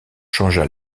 changea